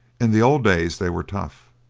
in the old days they were tough,